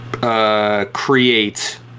Create